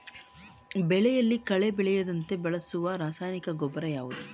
ಬೆಳೆಯಲ್ಲಿ ಕಳೆ ಬೆಳೆಯದಂತೆ ಬಳಸುವ ರಾಸಾಯನಿಕ ಗೊಬ್ಬರ ಯಾವುದು?